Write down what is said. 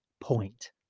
point